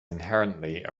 inherently